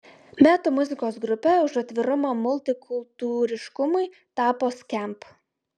metų muzikos grupe už atvirumą multikultūriškumui tapo skamp